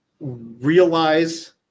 realize